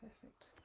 Perfect